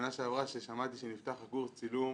שנה שעברה כששמעתי שנפתח הקורס צילום,